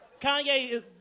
Kanye